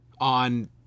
on